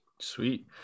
sweet